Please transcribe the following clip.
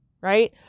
Right